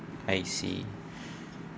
I see